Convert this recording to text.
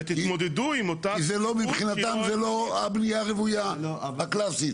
כי מבחינתם זה לא הבנייה הרוויה הקלאסית.